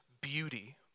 beauty